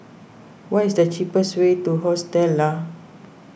what is the cheapest way to Hostel Lah